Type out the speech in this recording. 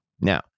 Now